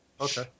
Okay